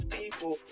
people